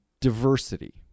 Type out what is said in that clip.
diversity